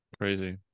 Crazy